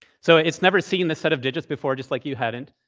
so it's never seen this set of digits before, just like you hadn't.